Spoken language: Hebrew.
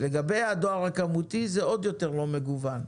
לגבי הדואר הכמותי, זה עוד יותר לא מגוון.